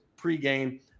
pregame